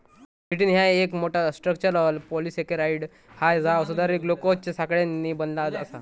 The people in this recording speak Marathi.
चिटिन ह्या एक मोठा, स्ट्रक्चरल पॉलिसेकेराइड हा जा सुधारित ग्लुकोजच्या साखळ्यांनी बनला आसा